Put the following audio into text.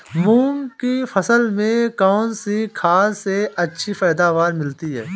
मूंग की फसल में कौनसी खाद से अच्छी पैदावार मिलती है?